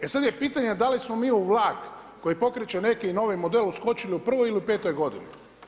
E sad je pitanje da li smo mi u vlak koji pokreće neki novi model uskočili u prvoj ili petoj godini.